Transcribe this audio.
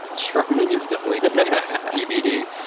charming is definitely yeah tbd.